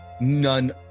none